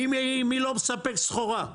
מי לא מספק סחורה.